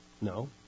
No